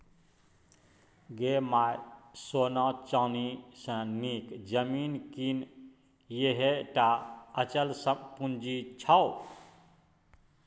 गै माय सोना चानी सँ नीक जमीन कीन यैह टा अचल पूंजी छौ